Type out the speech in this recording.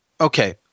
Okay